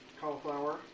cauliflower